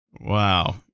Wow